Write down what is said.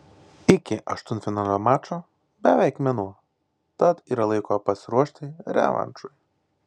iki aštuntfinalio mačo beveik mėnuo tad yra laiko pasiruošti revanšui